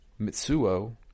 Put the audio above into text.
Mitsuo